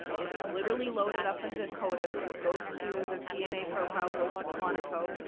it's literally loaded up into codis, it goes to the dna profile, goes to quantico.